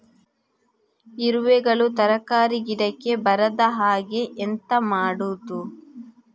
ಇರುವೆಗಳು ತರಕಾರಿ ಗಿಡಕ್ಕೆ ಬರದ ಹಾಗೆ ಎಂತ ಮಾಡುದು?